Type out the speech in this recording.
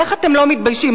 איך אתם לא מתביישים?